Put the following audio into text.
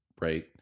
Right